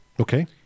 Okay